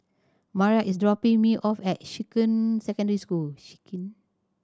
Mariah is dropping me off at Shuqun Secondary School